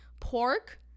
pork